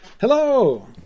Hello